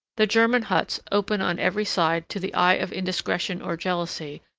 the german huts, open, on every side, to the eye of indiscretion or jealousy,